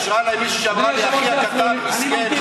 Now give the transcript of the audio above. התקשרה אליי מישהי שאמרה: אחי הקטן מסכן,